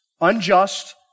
unjust